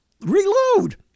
reload